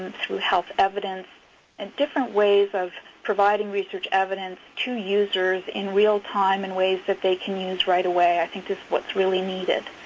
through health evidence and different ways of providing research evidence to users in real time in ways that they can use right away. i think this is what's really needed.